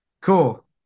cool